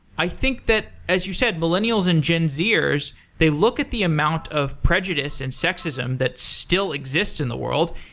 i think that, as you said, millennials and gen zers, they look at the amount of prejudice and sexism that still exists in the world,